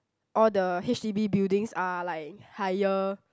all the H_D_B buildinga are like higher